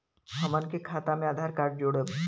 हमन के खाता मे आधार कार्ड जोड़ब?